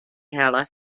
helle